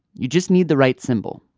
you just need the right symbol.